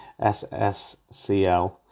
sscl